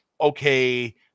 okay